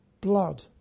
blood